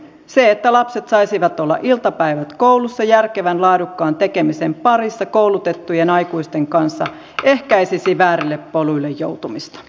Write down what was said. se että lapset saisivat olla iltapäivät koulussa järkevän laadukkaan tekemisen parissa koulutettujen aikuisten kanssa ehkäisisi väärille poluille joutumista